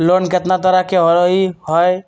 Loan केतना तरह के होअ हई?